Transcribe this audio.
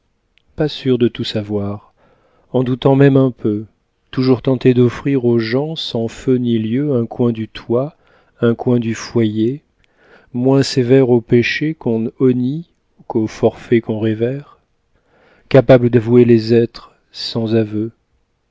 pas sûr de tout savoir en doutant même un peu toujours tenté d'offrir aux gens sans feu ni lieu un coin du toit un coin du foyer moins sévère aux péchés qu'on honnit qu'aux forfaits qu'on révère capable d'avouer les êtres sans aveu